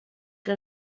que